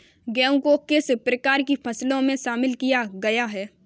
गेहूँ को किस प्रकार की फसलों में शामिल किया गया है?